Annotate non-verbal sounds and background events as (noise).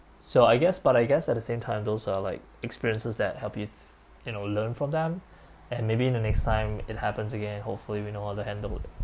so I guess but I guess at the same time those are like experiences that help you (breath) you know learn from them and maybe you know next time it happens again hopefully we know how to handle it